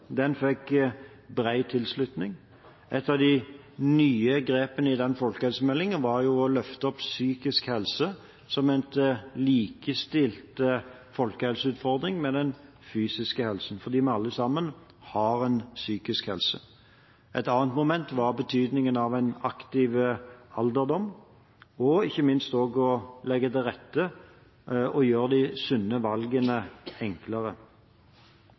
Den fikk bred tilslutning. Et av de nye grepene i den folkehelsemeldingen var jo å løfte opp psykisk helse til å bli en folkehelseutfordring som er likestilt med den fysiske helsen, fordi vi alle sammen har en psykisk helse. Et annet moment var betydningen av en aktiv alderdom og ikke minst å legge til rette for å gjøre de sunne valgene enklere.